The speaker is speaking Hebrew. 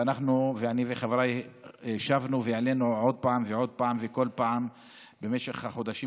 ואני חבריי שבנו והעלינו עוד פעם ועוד פעם וכל פעם במשך החודשים